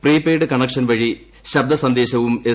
prepaid connection വഴി ശബ്ദസന്ദേശവും S